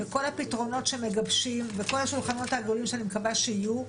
כל הפתרונות שמגבשים וכל השולחנות העגולים שאני מקווה שיהיו,